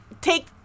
take